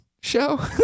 Show